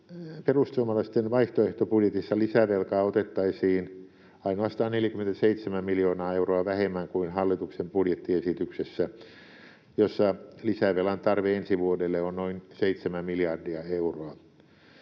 Perussuomalaisten vaihtoehtobudjetissa lisävelkaa otettaisiin ainoastaan 47 miljoonaa euroa vähemmän kuin hallituksen budjettiesityksessä, jossa lisävelan tarve ensi vuodelle on noin 7 miljardia euroa.